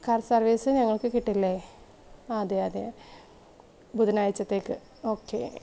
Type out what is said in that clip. car service ഞങ്ങൾക്ക് കിട്ടില്ലേ ആ അതെ അതെ ബുധനാഴ്ചത്തേക്ക് ഓക്കേ